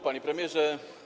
Panie Premierze!